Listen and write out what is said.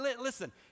Listen